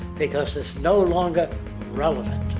because it's no longer relevant.